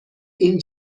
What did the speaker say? این